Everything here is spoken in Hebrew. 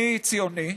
אני ציוני,